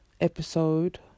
episode